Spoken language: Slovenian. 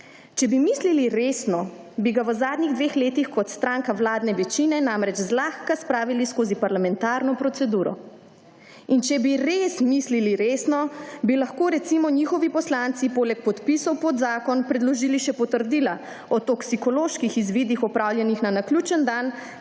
Če bi mislili resno bi ga v zadnjih dveh letih kot stranka vladne večine namreč zlahka spravili skozi parlamentarno proceduro. In če bi res mislili resno bi lahko, recimo, njihovi poslanci poleg podpisov pod zakon predložili še potrdila o toksikoloških izvidih opravljenih na naključen dan,